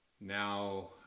now